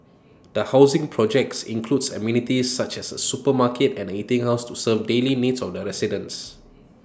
the housing projects includes amenities such as A supermarket and eating house to serve daily needs of residents